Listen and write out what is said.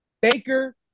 Baker